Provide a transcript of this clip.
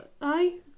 Aye